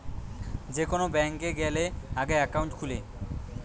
যে কোন ব্যাংকে গ্যালে আগে একাউন্ট খুলে